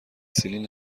سیلین